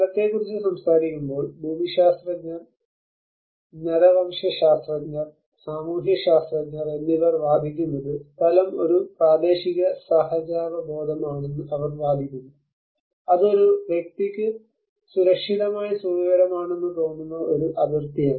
സ്ഥലത്തെക്കുറിച്ച് സംസാരിക്കുമ്പോൾ ഭൂമിശാസ്ത്രജ്ഞർ നരവംശശാസ്ത്രജ്ഞർ സാമൂഹ്യശാസ്ത്രജ്ഞർ എന്നിവർ വാദിക്കുന്നത് സ്ഥലം ഒരു പ്രദേശിക സഹജാവബോധമാണെന്ന് അവർ വാദിക്കുന്നു അത് ഒരു വ്യക്തിക്ക് സുരക്ഷിതമായി സുഖകരമാണെന്ന് തോന്നുന്ന ഒരു അതിർത്തിയാണ്